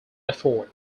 effort